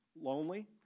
lonely